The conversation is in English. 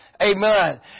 Amen